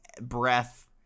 breath